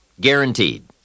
guaranteed